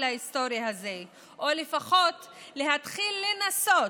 ההיסטורי הזה או לפחות להתחיל לנסות.